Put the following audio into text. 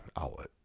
outlet